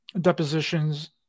depositions